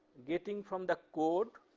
getting from the code,